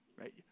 right